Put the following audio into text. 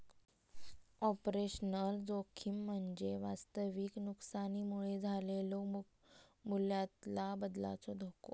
operational जोखीम म्हणजे वास्तविक नुकसानीमुळे झालेलो मूल्यातला बदलाचो धोको